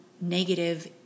negative